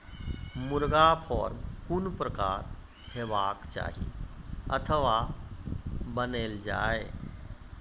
मुर्गा फार्म कून प्रकारक हेवाक चाही अथवा बनेल जाये?